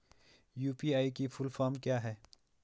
UPI की full form क्या है?